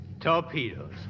Torpedoes